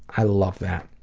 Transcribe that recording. i love that.